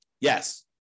Yes